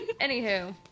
Anywho